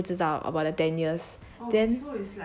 the male lead 不知道 about the ten years